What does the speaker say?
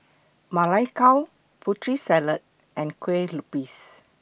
Ma Lai Gao Putri Salad and Kuih Lopes